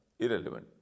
irrelevant